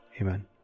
Amen